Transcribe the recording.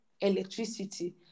electricity